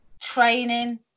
training